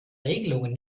regelungen